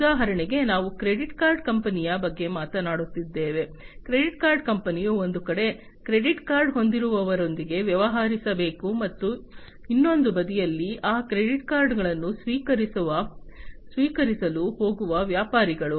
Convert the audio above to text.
ಉದಾಹರಣೆಗೆ ನಾವು credit card ಕಂಪನಿಯ ಬಗ್ಗೆ ಮಾತನಾಡುತ್ತಿದ್ದೇವೆ ಕ್ರೆಡಿಟ್ ಕಾರ್ಡ್ ಕಂಪನಿಯು ಒಂದು ಕಡೆ ಕ್ರೆಡಿಟ್ ಕಾರ್ಡ್ ಹೊಂದಿರುವವರೊಂದಿಗೆ ವ್ಯವಹರಿಸಬೇಕು ಮತ್ತು ಇನ್ನೊಂದು ಬದಿಯಲ್ಲಿ ಆ ಕ್ರೆಡಿಟ್ ಕಾರ್ಡ್ಗಳನ್ನು ಸ್ವೀಕರಿಸಲು ಹೋಗುವ ವ್ಯಾಪಾರಿಗಳು